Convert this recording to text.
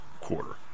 quarter